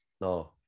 No